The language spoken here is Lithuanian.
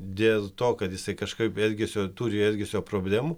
dėl to kad jisai kažkaip elgesio turi elgesio problemų